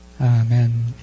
Amen